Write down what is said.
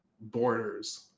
borders